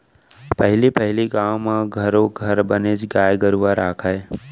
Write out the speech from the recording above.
पहली पहिली गाँव म घरो घर बनेच गाय गरूवा राखयँ